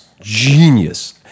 genius